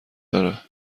داره